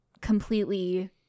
completely